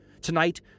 Tonight